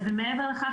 ומעבר לכך,